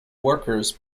workers